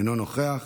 אינו נוכח,